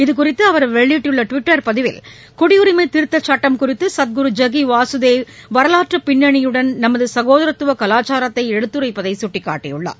இதுகுறிததுஅவர் வெளியிட்டுள்ளடுவிட்டர் பதிவில் குடியுரிமைதிருத்தச் சட்டம் குறித்துசத்குரு ஐக்கிவாசுதேவ் வரலாற்றுபின்னணியுடன் நமதுசகோதரத்துவகலாச்சாரத்தைஎடுத்துரைத்திருப்பதைசுட்டிக்காட்டியுள்ளார்